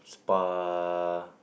spa